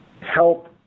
help